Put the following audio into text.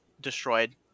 destroyed